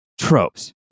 tropes